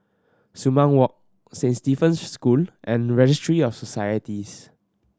Sumang Walk Saint Stephen's School and Registry of Societies